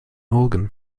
organ